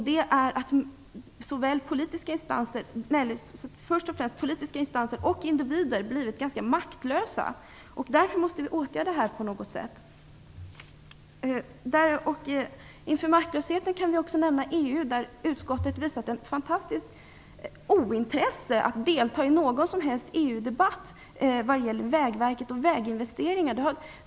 Det är att politiska instanser och individer blivit ganska maktlösa. Därför måste vi åtgärda detta på något sätt. Apropå maktlöshet kan vi också nämna EU. Utskottet har visat ett fantastiskt ointresse att delta i någon som helst EU-debatt när det gäller Vägverket och väginvesteringar.